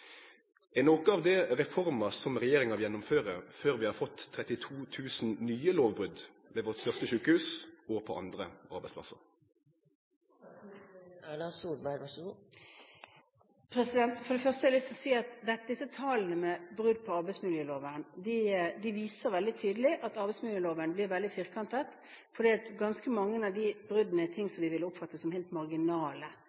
Er noko av det reformer som regjeringa vil gjennomføre før vi har fått 32 000 nye lovbrot ved det største sjukehuset vårt, og på andre arbeidsplassar? For det første har jeg lyst til å si at disse tallene for brudd på arbeidsmiljøloven viser veldig tydelig at arbeidsmiljøloven blir veldig firkantet, for ganske mange av de bruddene